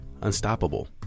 unstoppable